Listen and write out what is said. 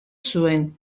zuen